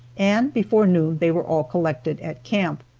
and before noon they were all collected at camp.